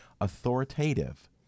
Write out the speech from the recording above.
Authoritative